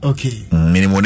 Okay